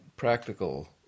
practical